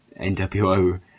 NWO